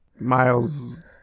Miles